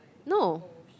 no